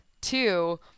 Two